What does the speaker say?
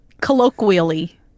Colloquially